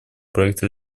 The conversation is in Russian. проекту